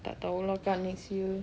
tak tahu lah kak next year